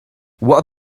what